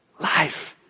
Life